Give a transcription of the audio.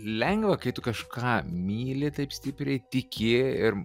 lengva kai tu kažką myli taip stipriai tiki ir